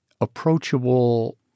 approachable